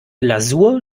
lasur